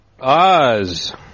Oz